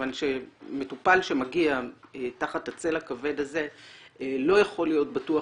כיוון שמטופל שמגיע תחת הצל הכבד הזה לא יכול להיות בטוח